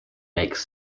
makes